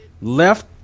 left